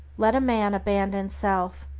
let a man abandon self,